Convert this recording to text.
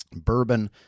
Bourbon